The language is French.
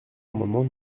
l’amendement